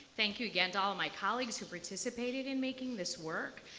thank you again to all my colleagues who participated in making this work.